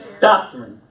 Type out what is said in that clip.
Doctrine